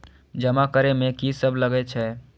जमा करे में की सब लगे छै?